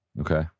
Okay